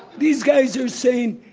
these guys are saying,